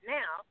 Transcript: now